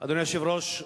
אדוני היושב-ראש,